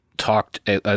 talked